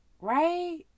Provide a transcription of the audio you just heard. Right